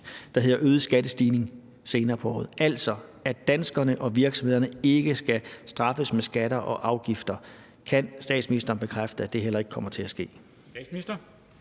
der hedder øget skattestigning, senere på året, altså at danskerne og virksomhederne ikke skal straffes med skatter og afgifter. Kan statsministeren bekræfte, at det heller ikke kommer til at ske?